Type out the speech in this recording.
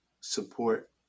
support